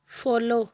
follow